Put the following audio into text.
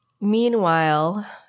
meanwhile